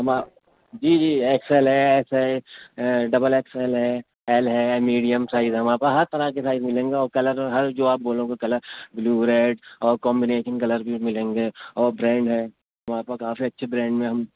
ہما جی جی ایکس ایل ہے ایس ڈبل ایکس ایل ہے ایل ہے میڈیم سائز ہے ہمارے پا ہر طرح کے سائز ملیں گے اور کلر ہر جو آپ بولو گے کلر بلو ریڈ اور کامبینیشن کلر بھی ملیں گے اور برینڈ ہے وہاراں پا کافی اچھے برینڈ میں ہم